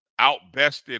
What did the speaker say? outbested